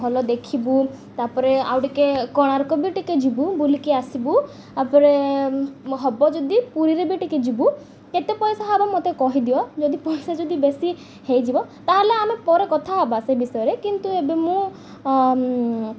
ଭଲ ଦେଖିବୁ ତା'ପରେ ଆଉ ଟିକେ କୋଣାର୍କ ବି ଟିକେ ଯିବୁ ବୁଲିକି ଆସିବୁ ତା'ପରେ ହବ ଯଦି ପୁରୀରେ ବି ଟିକେ ଯିବୁ କେତେ ପଇସା ହବ ମୋତେ କହିଦିଅ ଯଦି ପଇସା ଯଦି ବେଶୀ ହେଇଯିବ ତା'ହେଲେ ଆମେ ପରେ କଥା ହେବା ସେ ବିଷୟରେ କିନ୍ତୁ ଏବେ ମୁଁ